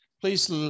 please